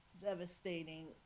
devastating